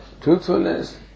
truthfulness